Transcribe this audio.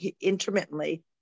intermittently